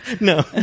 No